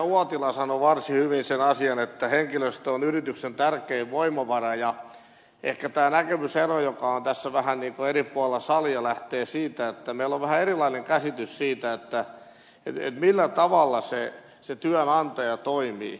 uotila sanoi varsin hyvin sen asian että henkilöstö on yrityksen tärkein voimavara ja ehkä tämä näkemysero joka on tässä vähän niin kuin eri puolella salia lähtee siitä että meillä on vähän erilainen käsitys siitä millä tavalla se työnantaja toimii